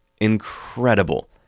incredible